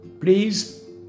Please